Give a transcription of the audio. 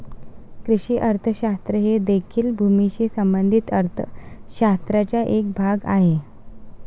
कृषी अर्थशास्त्र हे देखील भूमीशी संबंधित अर्थ शास्त्राचा एक भाग आहे